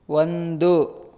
ಒಂದು